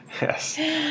Yes